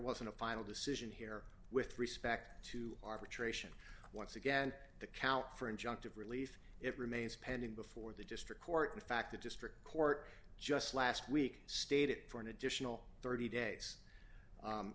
wasn't a final decision here with respect to arbitration once again the count for injunctive relief it remains pending before the district court in fact the district court just last week stayed it for an additional thirty days